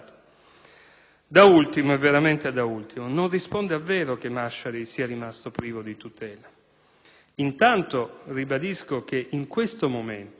ha rifiutato. Da ultimo, non risponde al vero che Masciari sia rimasto privo di tutela. Intanto, ribadisco che in questo momento,